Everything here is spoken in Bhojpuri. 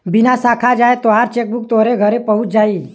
बिना साखा जाए तोहार चेकबुक तोहरे घरे पहुच जाई